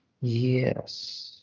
Yes